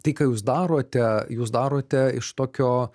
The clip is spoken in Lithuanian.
tai ką jūs darote jūs darote iš tokio